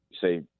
say